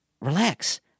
relax